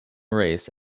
race